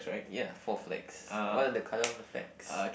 ya four flags what are the colour of the flags